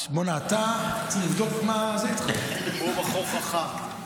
בוא'נה, אתה, צריך לבדוק מה --- הוא בחור חכם.